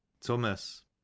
Thomas